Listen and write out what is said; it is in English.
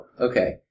Okay